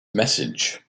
message